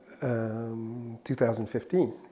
2015